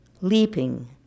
leaping